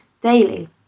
daily